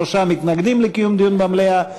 שלושה מתנגדים לקיום דיון במליאה.